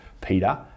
Peter